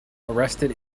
arrested